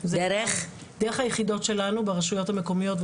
דרך היחידות שלנו ברשויות המקומיות,